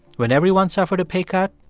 when everyone suffered a pay cut,